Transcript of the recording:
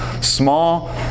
Small